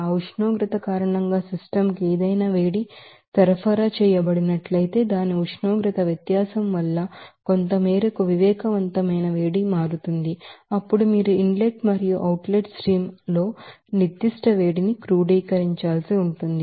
ఆ ఉష్ణోగ్రత కారణంగా సిస్టమ్ కు ఏదైనా వేడి సరఫరా చేయబడినట్లయితే దాని ఉష్ణోగ్రత వ్యత్యాసం వల్ల కొంత మేరకు వివేకవంతమైన వేడిమి మారుతుంది అప్పుడు మీరు ఇన్ లెట్ మరియు అవుట్ లెట్ స్ట్రీమ్ ల్లో నిర్ధిష్ట వేడిని క్రోడీకరించాల్సి ఉంటుంది